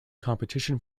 competition